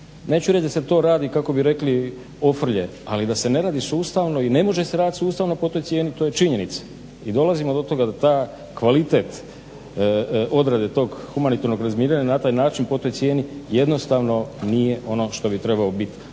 neću reć da se to radi kako bi rekli oprlje ali da se ne radi sustavno i ne može se raditi sustavno po toj cijeni to je činjenica. I dolazimo do toga da taj kvalitet obrade tog humanitarnog razminiranja na taj način po toj cijeni jednostavno nije ono što bi trebalo bit.